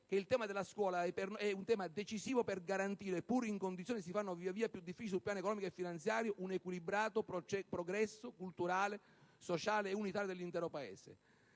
Il tema della scuola è decisivo per garantire, pur in condizioni che si fanno via via più difficili sul piano economico e finanziario, un equilibrato progresso culturale, sociale e unitario dell'intero Paese.